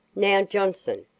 now, johnson,